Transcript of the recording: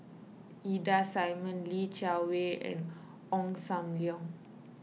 Ida Simmons Li Jiawei and Ong Sam Leong